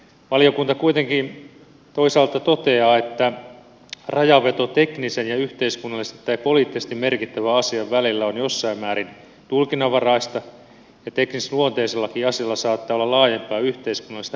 valiokunta kuitenkin toisaalta toteaa että rajanveto teknisen ja yhteiskunnallisesti tai poliittisesti merkittävän asian välillä on jossain määrin tulkinnanvaraista ja teknisluonteisellakin asialla saattaa olla laajempaa yhteiskunnallista merkittävyyttä